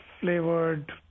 flavored